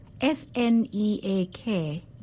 S-N-E-A-K